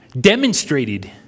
demonstrated